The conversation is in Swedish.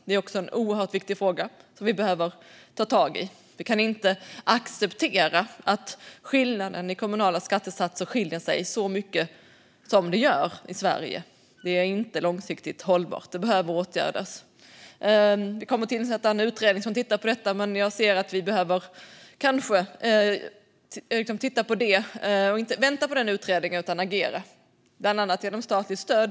Det är en oerhört viktig fråga som vi behöver ta tag i. Vi kan inte acceptera att skillnaderna i kommunala skattesatser är så stora som de är i Sverige. Det är inte långsiktigt hållbart. Det behöver åtgärdas. Vi kommer att tillsätta en utredning som tittar på detta. Vi kanske inte ska vänta på den utredningen utan i stället agera, bland annat genom statligt stöd.